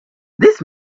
this